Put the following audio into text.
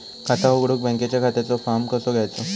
खाता उघडुक बँकेच्या खात्याचो फार्म कसो घ्यायचो?